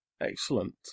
Excellent